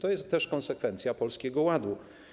To jest także konsekwencja Polskiego Ładu.